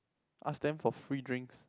ask them for free drinks